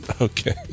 Okay